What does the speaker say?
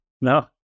no